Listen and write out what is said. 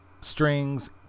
strings